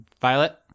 Violet